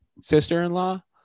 sister-in-law